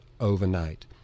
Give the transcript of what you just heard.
overnight